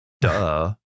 Duh